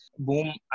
Boom